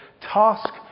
Task